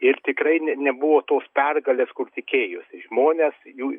ir tikrai ne nebuvo tos pergalės kur tikėjosi žmonės jų